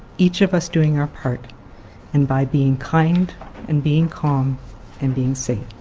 each of us doing our part and by being kind and being calm and being safe.